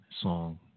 song